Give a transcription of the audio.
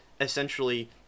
essentially